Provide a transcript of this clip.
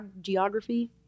Geography